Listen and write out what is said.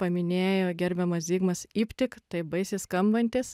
paminėjo gerbiamas zigmas iptik tai baisiai skambantis